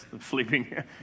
sleeping